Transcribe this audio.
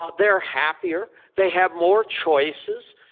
ah they're happier. they have more choices.